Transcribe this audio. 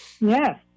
Yes